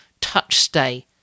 TouchStay